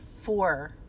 four